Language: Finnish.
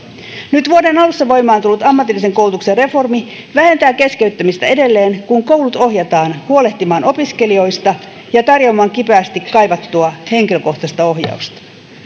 nyt vuoden alussa voimaan tullut ammatillisen koulutuksen reformi vähentää keskeyttämistä edelleen kun koulut ohjataan huolehtimaan opiskelijoista ja tarjoamaan kipeästi kaivattua henkilökohtaista ohjausta